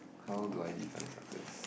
how do I define success